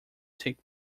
take